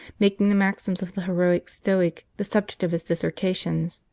making the maxims of the heroic stoic the subject of his dissertations.